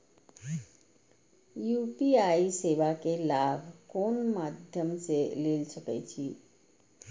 UPI सेवा के लाभ कोन मध्यम से ले सके छी?